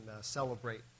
celebrate